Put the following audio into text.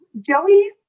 Joey